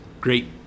great